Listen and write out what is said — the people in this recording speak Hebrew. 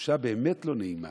תחושה באמת לא נעימה.